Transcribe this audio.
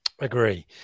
Agree